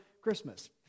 Christmas